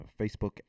Facebook